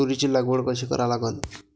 तुरीची लागवड कशी करा लागन?